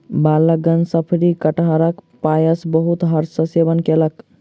बालकगण शफरी कटहरक पायस बहुत हर्ष सॅ सेवन कयलक